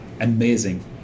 amazing